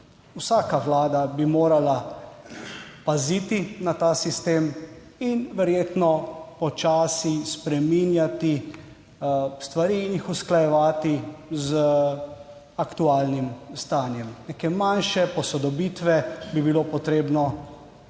Vsaka vlada bi morala paziti na ta sistem in verjetno počasi spreminjati stvari in jih usklajevati z aktualnim stanjem. Neke manjše posodobitve bi bilo potrebno